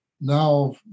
Now